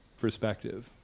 perspective